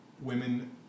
women